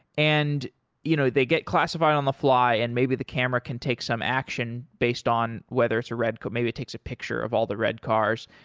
and you know they get classified on the fly and maybe the camera can take some action based on whether it's a red maybe it takes a picture of all the red cars,